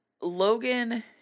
Logan